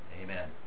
amen